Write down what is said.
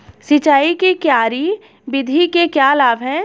सिंचाई की क्यारी विधि के लाभ क्या हैं?